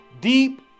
Deep